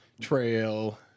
trail